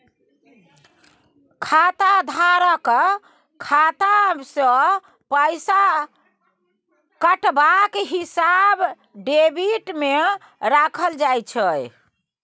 खाताधारकक खाता सँ पैसा कटबाक हिसाब डेबिटमे राखल जाइत छै